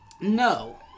No